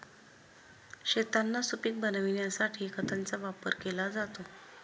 शेतांना सुपीक बनविण्यासाठी खतांचा वापर केला जातो